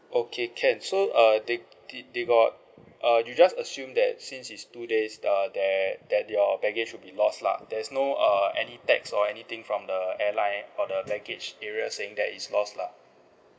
okay can so uh they did they got uh you just assume that since is two days err there that your baggage should be lost lah there is no err any text or anything from the airline or the baggage areas saying that is lost lah